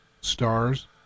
stars